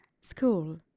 School